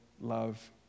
love